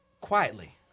Quietly